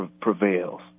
prevails